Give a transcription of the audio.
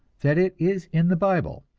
that it is in the bible,